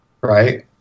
Right